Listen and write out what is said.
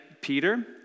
Peter